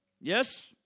Yes